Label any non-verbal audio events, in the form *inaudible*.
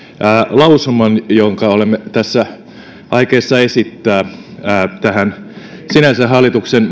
lausuman jonka olemme tässä aikeissa esittää tähän hallituksen *unintelligible*